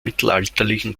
mittelalterlichen